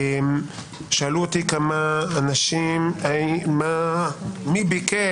שאלו אותי כמה אנשים לגבי הנושא, מי ביקש?